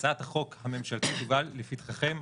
הצעת החוק הממשלתית הובאה לפתחכם,